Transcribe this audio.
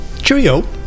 cheerio